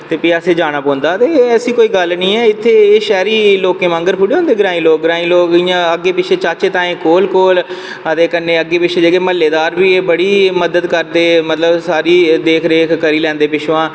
ते फ्ही असैं जाना पौंदा ते ऐसी कोई गल्ल नी ऐ एह् शैह्री लोकें आह्गर थोड़े होंदे ताएं चाचे कोल कोल ते कन्नै अग्गैं पिच्छें म्ह्ल्लेदार बी बड़ी मदद करदे मतलव सारी देख रेख करी लैंदे पिच्छमां दा